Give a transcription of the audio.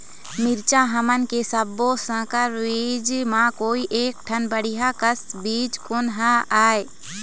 मिरचा हमन के सब्बो संकर बीज म कोई एक ठन बढ़िया कस बीज कोन हर होए?